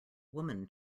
woman